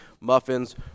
muffins